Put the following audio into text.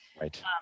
right